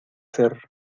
ser